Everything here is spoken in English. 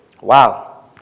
Wow